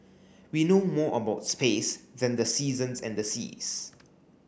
we know more about space than the seasons and the seas